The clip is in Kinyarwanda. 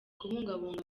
kubungabunga